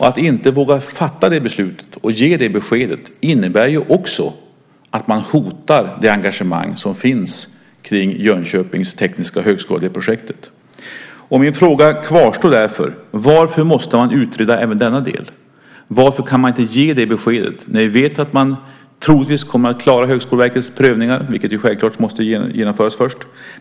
Att inte våga fatta det beslutet och ge det beskedet innebär också att man hotar det engagemang som finns för projektet Jönköpings tekniska högskola. Min fråga kvarstår därför. Varför måste man utreda även denna del? Varför kan man inte ge beskedet, när vi vet att Högskolan i Jönköping troligtvis kommer att klara Högskoleverkets prövningar, vilka självklart måste genomföras först?